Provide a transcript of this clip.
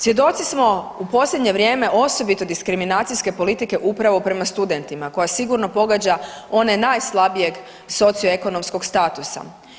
Svjedoci smo u posljednje vrijeme osobito diskriminacijske politike upravo prema studentima koja sigurno pogađa one najslabijeg socioekonomskog statusa.